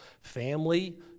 Family